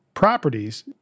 Properties